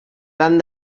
tant